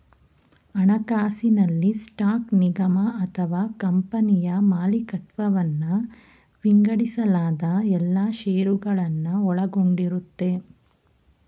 ಹಣಕಾಸಿನಲ್ಲಿ ಸ್ಟಾಕ್ ನಿಗಮ ಅಥವಾ ಕಂಪನಿಯ ಮಾಲಿಕತ್ವವನ್ನ ವಿಂಗಡಿಸಲಾದ ಎಲ್ಲಾ ಶೇರುಗಳನ್ನ ಒಳಗೊಂಡಿರುತ್ತೆ